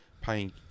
paying